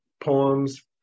poems